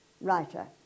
writer